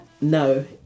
No